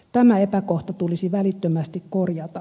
tämä epäkohta tulisi välittömästi korjata